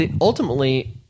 ultimately